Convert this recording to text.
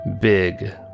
Big